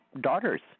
daughters